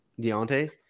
Deontay